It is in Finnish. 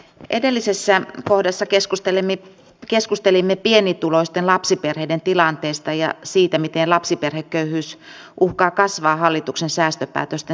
edellisessä kohdassa keskustelimme pienituloisten lapsiperheiden tilanteesta ja siitä miten lapsiperheköyhyys uhkaa kasvaa hallituksen säästöpäätösten seurauksena